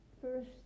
first